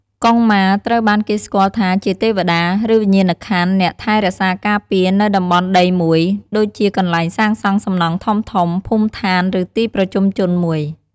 កុងម៉ាត្រូវបានគេស្គាល់ថាជាទេវតា ឬវិញ្ញាណក្ខន្ធអ្នកថែរក្សាការពារនៅតំបន់ដីមួយ ដូចជាកន្លែងសាងសង់សំណង់ធំៗ ភូមិឋាន ឬទីប្រជុំជនមួយ។